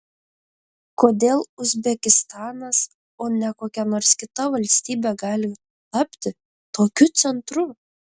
kodėl uzbekistanas o ne kokia nors kita valstybė gali tapti tokiu centru